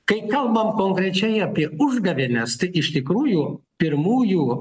kai kalbam konkrečiai apie užgavėnes tai iš tikrųjų pirmųjų